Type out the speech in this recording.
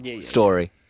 story